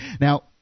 Now